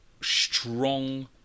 strong